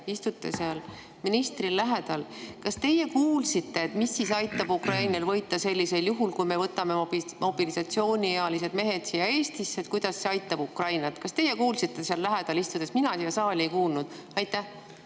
istute seal ministri lähedal. Kas teie kuulsite, mis siis aitab Ukrainal võita sellisel juhul, kui me võtame mobilisatsiooniealised mehed siia Eestisse. Kuidas see Ukrainat aitab? Kas teie kuulsite seal lähedal istudes? Mina siia saali ei kuulnud. Tänan!